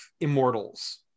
immortals